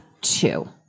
two